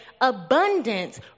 abundance